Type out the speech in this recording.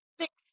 six